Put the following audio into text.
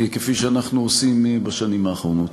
כפי שאנחנו עושים בשנים האחרונות.